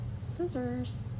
scissors